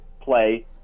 play